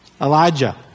Elijah